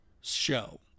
show